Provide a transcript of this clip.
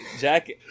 Jack